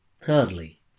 Thirdly